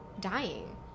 dying